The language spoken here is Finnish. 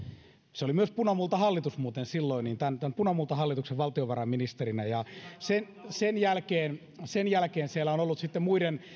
se oli myös punamultahallitus muuten silloin ja esko ollila toimi tämän punamultahallituksen valtiovarainministerinä sen jälkeen sen jälkeen siellä on on ollut sitten muiden